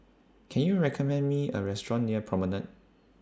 Can YOU recommend Me A Restaurant near Promenade